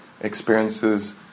experiences